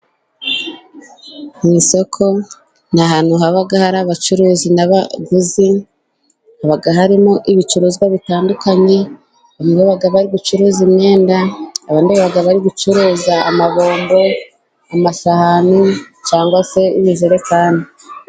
Mu isoko ni ahantu haba hari abacuruzi n'abaguzi. Haba harimo ibicuruzwa bitandukanye . Bamwe bari gucuruza imyenda, bari gucuruza amabombo, amasahani cyangwa se imijerekani.